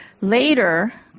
Later